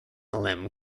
limb